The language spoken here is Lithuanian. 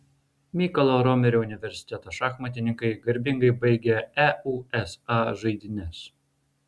mykolo romerio universiteto šachmatininkai garbingai baigė eusa žaidynes